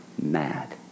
mad